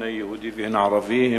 הן היהודי והן הערבי,